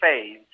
phase